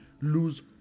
lose